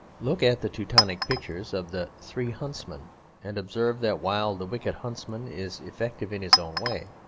look at the teutonic pictures of the three huntsmen and observe that while the wicked huntsman is effective in his own way,